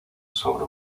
sobre